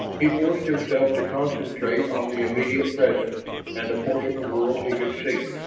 he forced himself to concentrate on the immediate present and the portion of world he could see,